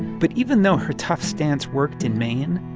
but even though her tough stance worked in maine,